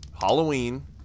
Halloween